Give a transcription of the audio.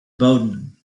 bowden